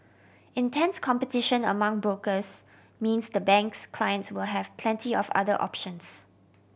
intense competition among brokers means the bank's clients will have plenty of other options